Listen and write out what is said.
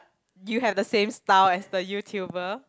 you have the same style as the YouTuber